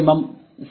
M C